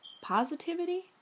positivity